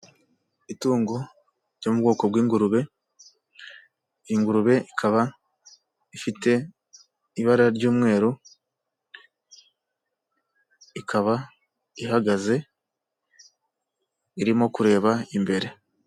Itungo ryo mu bwoko bw'ingurube, ingurube ikaba ifite ibara ry'Umweru ikaba ihagaze irimo kureba imbere.